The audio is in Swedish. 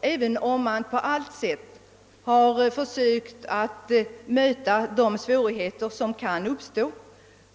Även om man på allt sätt försökt möta de svårigheter som kan uppstå,